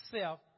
self